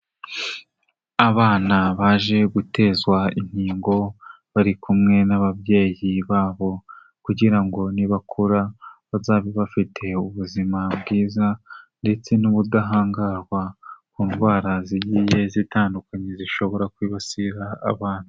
Abana baje gutezwa inkingo, bari kumwe n'ababyeyi babo kugira ngo nibakura bazabe bafite ubuzima bwiza ndetse n'ubudahangarwa, ku ndwara zigiye zitandukanye zishobora kwibasira abana.